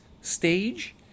stage